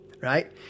right